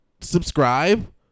subscribe